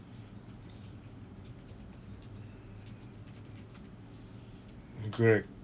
correct